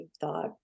thought